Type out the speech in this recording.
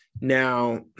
Now